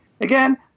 again